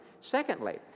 Secondly